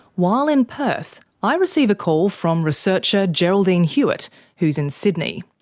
while in perth, i receive a call from researcher geraldine hewitt who's in sydney.